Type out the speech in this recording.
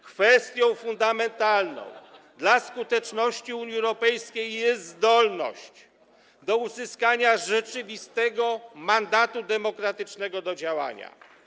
Kwestią fundamentalną dla skuteczności Unii Europejskiej jest zdolność do uzyskania rzeczywistego mandatu demokratycznego do działania.